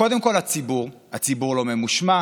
קודם כול הציבור, הציבור לא ממושמע,